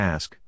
Ask